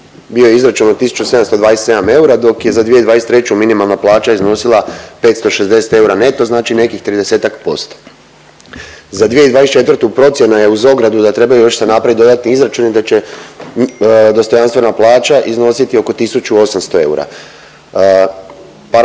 bio je izračun od 1.727 eura, dok je za 2023. minimalna plaća iznosila 560 eura neto, znači nekih 30-ak%. Za 2024. procjena je uz ogradu da trebaju još se napravit dodatni izračuni, da će dostojanstvena plaća iznositi oko 1.800 eura.